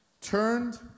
turned